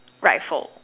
rifle